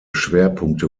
schwerpunkte